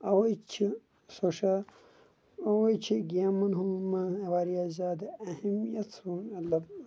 اوے چھ سۄ چھااوے چھ گیمن ہُنٛد واریاہ زیادٕ اہمِیت مطلب